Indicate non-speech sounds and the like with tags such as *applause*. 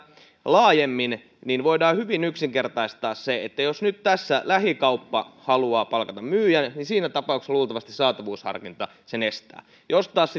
laajemmin niin voidaan hyvin yksinkertaistaa se että jos nyt tässä lähikauppa haluaa palkata myyjän niin siinä tapauksessa luultavasti saatavuusharkinta sen estää jos taas *unintelligible*